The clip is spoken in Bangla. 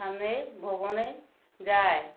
স্থানে ভ্রমণে যায়